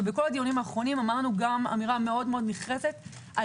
ובכל הדיונים האחרונים אמרנו אמירה מאוד נחרצת על